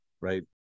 right